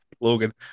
Logan